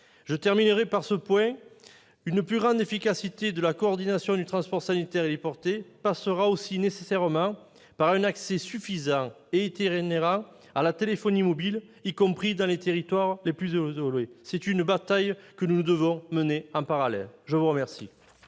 pertinente. Enfin, une plus grande efficacité de la coordination du transport sanitaire héliporté passera aussi nécessairement par un accès suffisant et itinérant à la téléphonie mobile, y compris dans les territoires les plus isolés. C'est une bataille que nous devrons mener en parallèle. La parole